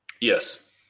Yes